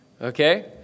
Okay